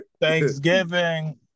thanksgiving